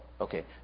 okay